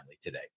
today